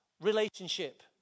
relationship